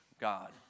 God